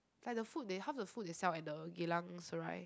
like the food they half the food they sell at the Geylang-Serai